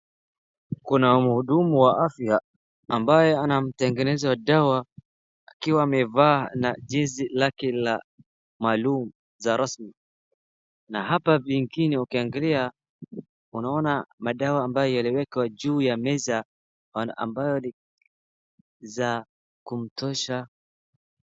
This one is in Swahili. kuna mhudumu wa afya ambaye anatengeneza dawa akiwa amevaa jezi lake la maalum la rasmi na hapa pengine ukiangalia unaoana madawa ambayo yaliyowekwa juu ya meza